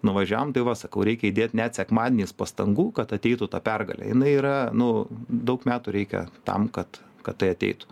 nuvažiavom tai va sakau reikia įdėt net sekmadieniais pastangų kad ateitų ta pergalė jinai yra nu daug metų reikia tam kad kad tai ateitų